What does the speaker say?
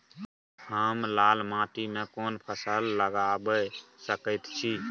हम लाल माटी में कोन फसल लगाबै सकेत छी?